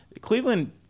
Cleveland